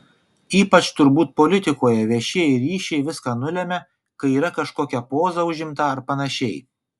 ypač turbūt politikoje viešieji ryšiai viską nulemia kai yra kažkokia poza užimta ar panašiai